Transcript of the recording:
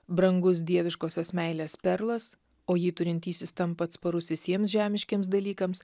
brangus dieviškosios meilės perlas o jį turintysis tampa atsparus visiems žemiškiems dalykams